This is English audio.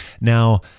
Now